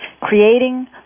creating